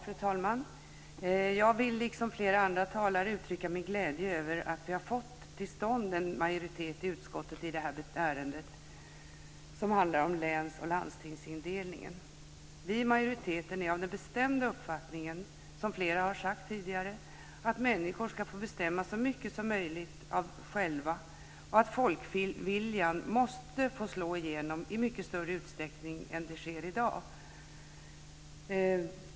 Fru talman! Jag vill, liksom flera andra talare, uttrycka min glädje över att vi har fått till stånd en majoritet i utskottet i det här ärendet som handlar om läns och landstingsindelningen. Vi i majoriteten är av den bestämda uppfattningen, som flera har sagt tidigare, att människor ska få bestämma så mycket som möjligt själva och att folkviljan måste få slå igenom i mycket större utsträckning än vad som sker i dag.